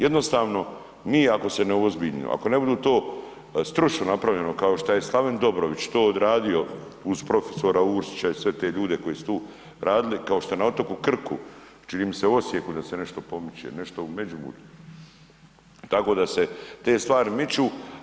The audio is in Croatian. Jednostavno mi ako se ne uozbiljimo, ako ne budu to stručni napravljeno kao što je Slaven Dobrović to odradio uz prof. Uršića i sve te ljude koji su tu radili, kao što je na otoku Krku, čini mi se u Osijeku da se nešto pomiče, nešto u Međimurju, tako da se te stvari miču.